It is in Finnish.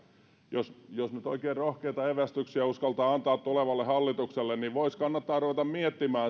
että jos nyt oikein rohkeita evästyksiä uskaltaa antaa tulevalle hallitukselle niin voisi kannattaa ruveta miettimään